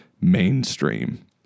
mainstream